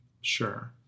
Sure